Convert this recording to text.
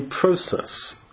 process